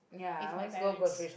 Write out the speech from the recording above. with my parents